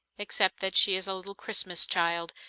except that she is a little christmas child,